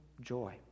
joy